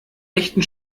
echten